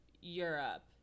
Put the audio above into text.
Europe